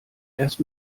erst